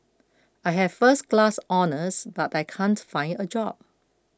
I have first class honours but I can't find a job